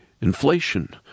inflation